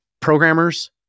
programmers